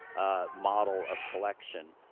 ah, model of collection.